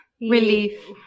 Relief